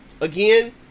again